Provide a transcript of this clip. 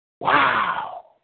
Wow